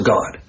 God